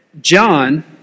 John